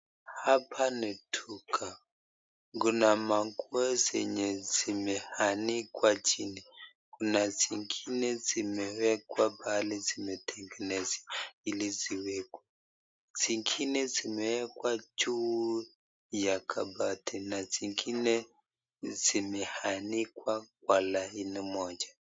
Hapa ni duka. Kuna manguo zenye zimeanikwa chini. Kuna zingine zimewekwa pale zimetengenezwa ili ziwekwe. Zingine zimewekwa juu ya kabati na zingine zimeanikwa kwa laini moja.